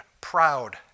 proud